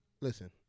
Listen